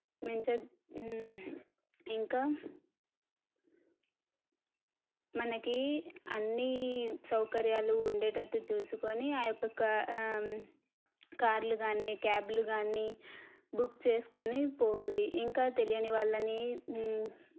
మంచిగా ఇంకా మనకి అన్నీ సౌకర్యాలు ఉండేటట్టు చూసుకొని ఆయొక్క కార్లు కానీ క్యాబ్లు కానీ బుక్ చేసుకొని పోవాలి ఇంకా తెలియని వాళ్ళని